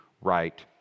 right